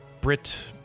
Brit